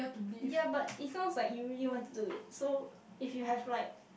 ya but it sounds like you really want to do it so if you have like